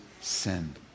sin